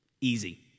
easy